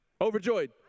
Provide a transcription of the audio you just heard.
Overjoyed